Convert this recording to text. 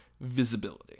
visibility